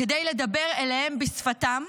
כדי לדבר אליהם בשפתם.